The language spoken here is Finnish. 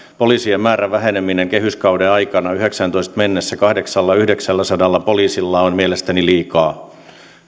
poliisien määrän väheneminen kehyskauden aikana vuoteen yhdeksässätoista mennessä kahdeksallasadalla viiva yhdeksälläsadalla poliisilla on mielestäni liikaa